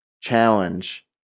challenge